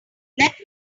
let